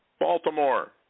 Baltimore